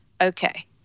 okay